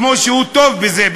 כמו שהוא טוב בזה,